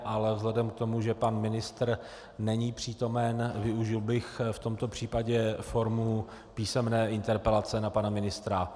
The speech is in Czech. Ale vzhledem k tomu, že pan ministr není přítomen, využil bych v tomto případě formu písemné interpelace na pana ministra.